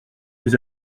les